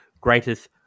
greatest